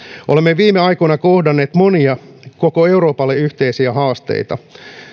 olemme viime aikoina kohdanneet monia koko euroopalle yhteisiä haasteita